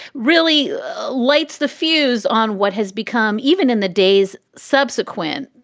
really lights the fuse on what has become even in the days subsequent.